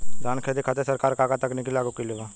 धान क खेती खातिर सरकार का का तकनीक लागू कईले बा?